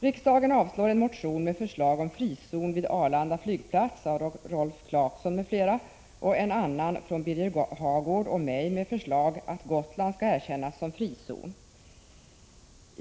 Utskottet avstyrker en motion av Rolf Clarkson m.fl. med förslag om frizon vid Arlanda flygplats och en annan, från Birger Hagård och mig, med förslag om att Gotland skall erkännas som frizon.